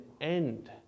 end